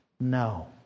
No